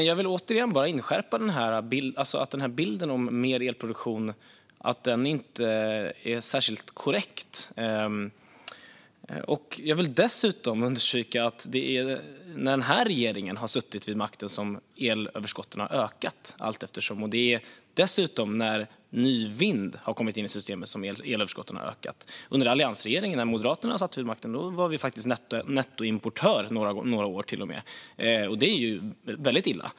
Jag vill dock återigen inskärpa att bilden av mer elproduktion inte är särskilt korrekt. Jag vill understryka att det är under den tid som regeringen har suttit vid makten som elöverskotten har ökat allteftersom. Överskotten har dessutom ökat när ny vind kommit in i systemen. Under alliansregeringen, när Moderaterna satt vid makten, var vi nettoimportör under några år, och det är väldigt illa.